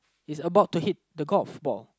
is about to hit the golf ball